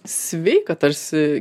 sveiką tarsi